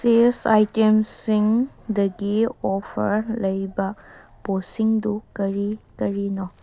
ꯆꯤꯁ ꯑꯥꯏꯇꯦꯝꯁꯤꯡꯗꯒꯤ ꯑꯣꯐꯔ ꯂꯩꯕ ꯄꯣꯠꯁꯤꯡꯗꯨ ꯀꯔꯤ ꯀꯔꯤꯅꯣ